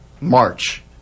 March